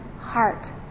heart